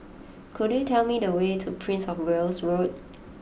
could you tell me the way to Prince of Wales Road